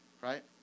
right